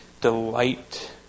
delight